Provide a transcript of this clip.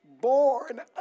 born